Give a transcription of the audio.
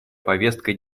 повестка